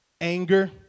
anger